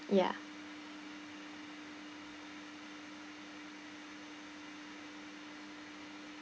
ya